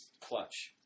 Clutch